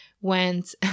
went